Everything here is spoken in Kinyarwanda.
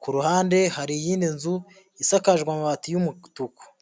ku ruhande hari iyindi nzu isakajwe amabati y'umutuku.